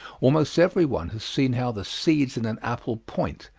almost everyone has seen how the seeds in an apple point,